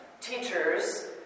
teachers